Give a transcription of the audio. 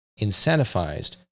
incentivized